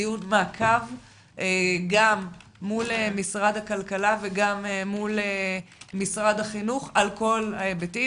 דיון מעקב מול משרד הכלכלה וגם מול משרד החינוך על כל ההיבטים,